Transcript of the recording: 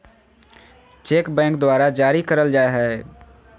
cheque bank द्वारा जारी करल जाय हय